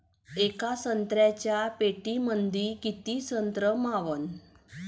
येका संत्र्याच्या पेटीमंदी किती संत्र मावन?